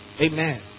Amen